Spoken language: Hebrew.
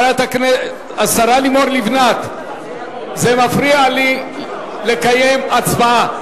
השרה לימור לבנת, זה מפריע לי לקיים הצבעה.